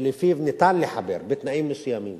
שלפיו ניתן לחבר בתנאים מסוימים